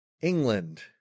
england